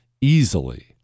easily